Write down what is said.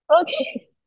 okay